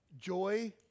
joy